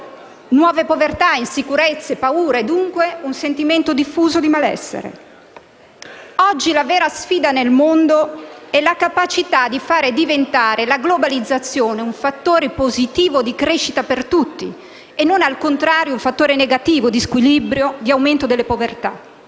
nuove povertà, insicurezze, paure e dunque un sentimento diffuso di malessere. Oggi la vera sfida nel mondo è la capacità di far diventare la globalizzazione un fattore positivo di crescita per tutti e non, al contrario, un fattore negativo di squilibrio e di aumento della povertà.